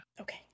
okay